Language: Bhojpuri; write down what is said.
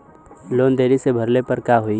लोन देरी से भरले पर का होई?